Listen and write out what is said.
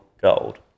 Gold